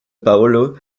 paolo